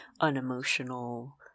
unemotional